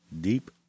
deep